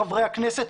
חברי הכנסת,